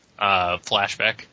flashback